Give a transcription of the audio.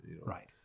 Right